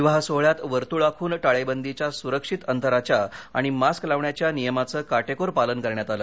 विवाह सोहळ्यात वर्तुळ आखून ळेबंदीच्या सूरक्षित अंतराच्या आणि मास्क लावण्याच्या नियमाचं का कोर पालन करण्यात आलं